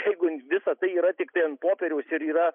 jeigu visa tai yra tiktai ant popieriaus ir yra